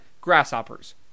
grasshoppers